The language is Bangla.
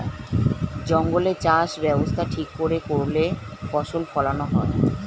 জঙ্গলে চাষ ব্যবস্থা ঠিক করে করলে ফসল ফোলানো হয়